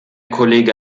kollege